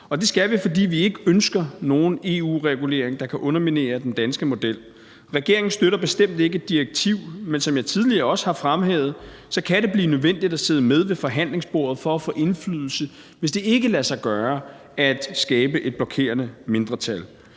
Det skal vi, fordi vi ikke ønsker nogen EU-regulering, der kan underminere den danske model. Regeringen støtter bestemt ikke et direktiv, men som jeg tidligere også har fremhævet, kan det blive nødvendigt at sidde med ved forhandlingsbordet for at få indflydelse, hvis det ikke lader sig gøre at skabe et blokerende mindretal.